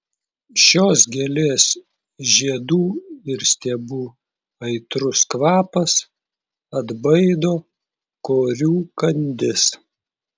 šios gėlės žiedų ir stiebų aitrus kvapas atbaido korių kandis